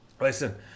Listen